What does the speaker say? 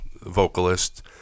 vocalist